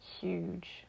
huge